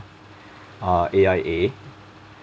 uh A_I_A